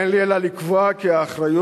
אין לי אלא לקבוע כי האחריות